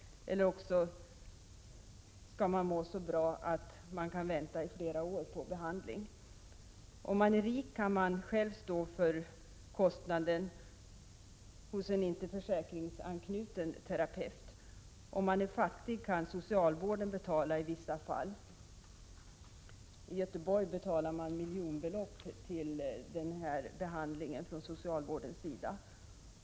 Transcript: Eller också skall man må så bra att man kan vänta i flera år på behandling. Om man är rik kan man själv stå för kostnaden hos en inte försäkringsanknuten terapeut. Om man är fattig kan socialvården betala i vissa fall — i Göteborg betalar man från socialvårdens sida miljonbelopp till denna behandling.